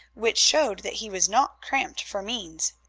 which showed that he was not cramped for means.